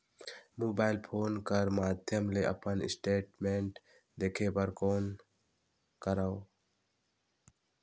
Mobile phone कर माध्यम ले अपन स्टेटमेंट देखे बर कौन करों?